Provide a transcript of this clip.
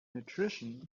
nutrition